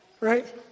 right